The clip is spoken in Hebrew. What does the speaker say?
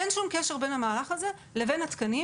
אין שום קשר בין המהלך הזה ובין התקנים